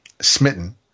smitten